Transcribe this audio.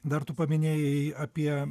dar tu paminėjai apie